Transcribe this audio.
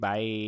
Bye